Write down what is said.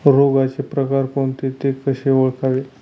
रोगाचे प्रकार कोणते? ते कसे ओळखावे?